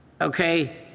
Okay